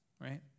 right